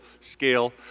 scale